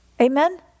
Amen